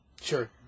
Sure